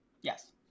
Yes